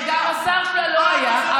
וגם השר שלא היה.